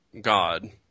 God